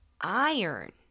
iron